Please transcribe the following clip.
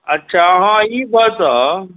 अच्छा अहाँ ई बताउ